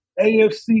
AFC